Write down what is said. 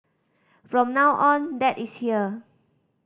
from now on dad is here